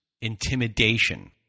intimidation